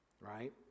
right